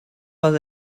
was